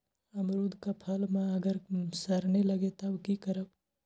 अमरुद क फल म अगर सरने लगे तब की करब?